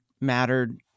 mattered